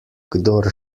kdor